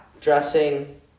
dressing